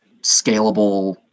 scalable